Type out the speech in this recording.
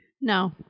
No